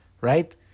right